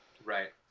Right